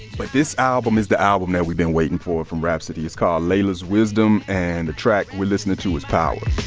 but this album is the album that we've been waiting for from rapsody. it's called laila's wisdom. and the track we're listening to is power.